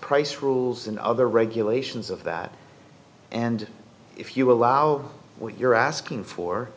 price rules and other regulations of that and if you allow what you're asking for